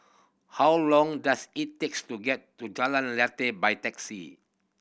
how long does it takes to get to Jalan Lateh by taxi